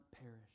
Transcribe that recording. perish